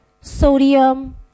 sodium